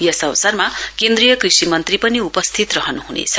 यस अवसरमा केन्द्रीय कृषि मन्त्री पनि उपस्थित रहनु हुनेछ